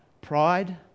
pride